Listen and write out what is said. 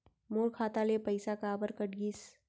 मोर खाता ले पइसा काबर कट गिस?